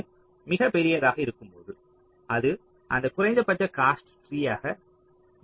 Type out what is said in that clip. மற்றும் அது மிகப்பெரியதாக இருக்கும்போது அது அந்த குறைந்தபட்ச காஸ்ட் ட்ரீயாக மாறும்